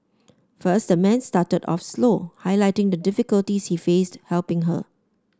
first the man started off slow highlighting the difficulties he faced helping her